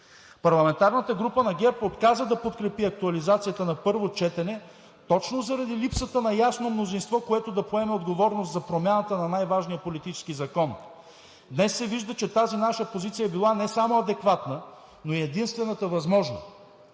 Парламентарната група на ГЕРБ отказа да подкрепи актуализацията на първо четене точно заради липсата на ясно мнозинство, което да поеме отговорност за промяната на най-важния политически закон. Днес се вижда, че тази наша позиция е била не само адекватна, но и единствената възможна.